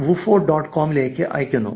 com ലേക്ക് അയയ്ക്കുന്നു